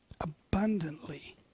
abundantly